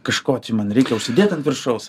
kažko čia man reikia užsidėt ant viršaus